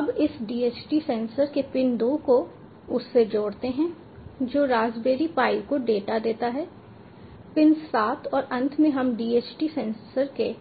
हम इस DHT sensor के पिन 2 को उससे जोड़ते हैं जो रास्पबेरी पाई को डेटा देता है पिन सात और अंत में हम DHT सेंसर के